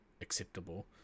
acceptable